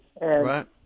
right